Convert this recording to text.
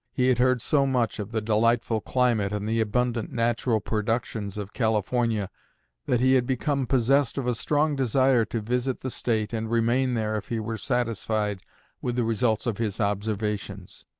he had heard so much of the delightful climate and the abundant natural productions of california that he had become possessed of a strong desire to visit the state and remain there if he were satisfied with the results of his observations.